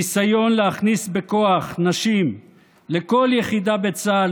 הניסיון להכניס בכוח נשים לכל יחידה בצה"ל,